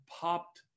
popped